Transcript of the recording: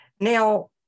Now